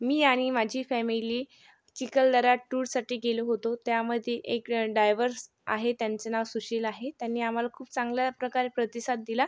मी आणि माझी फॅमिली चिखलदऱ्यात टूरसाठी गेलो होतो त्यामध्ये एक डायव्हर्स आहे त्यांचे नाव सुशील आहे त्यांनी आम्हाला खूप चांगल्या प्रकारे प्रतिसाद दिला